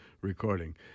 recording